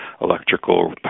electrical